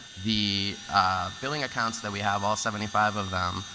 the billing accounts that we have, all seventy five of them,